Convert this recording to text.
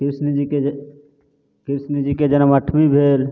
कृष्ण जीके जे कृष्ण जीके जनम अठमी भेल